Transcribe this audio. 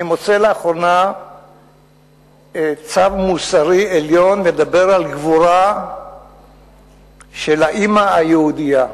אני מוצא לאחרונה צו מוסרי עליון לדבר על גבורה של האמא היהודייה.